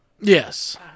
Yes